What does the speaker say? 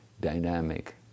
dynamic